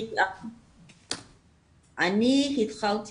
אני חושבת